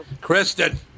Kristen